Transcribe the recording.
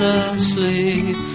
asleep